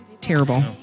terrible